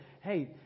hey